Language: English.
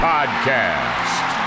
Podcast